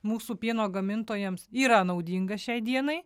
mūsų pieno gamintojams yra naudinga šiai dienai